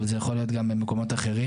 אבל זה יכול להיות גם במקומות אחרים,